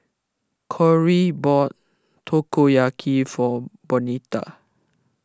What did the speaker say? Kory bought Takoyaki for Bonita